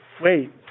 Wait